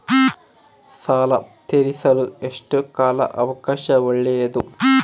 ಸಾಲ ತೇರಿಸಲು ಎಷ್ಟು ಕಾಲ ಅವಕಾಶ ಒಳ್ಳೆಯದು?